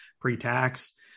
pre-tax